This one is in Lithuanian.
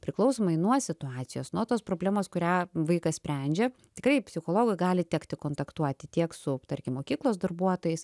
priklausomai nuo situacijos nuo tos problemos kurią vaikas sprendžia tikrai psichologui gali tekti kontaktuoti tiek su tarkim mokyklos darbuotojais